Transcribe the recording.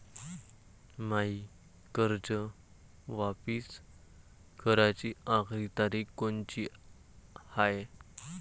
मायी कर्ज वापिस कराची आखरी तारीख कोनची हाय?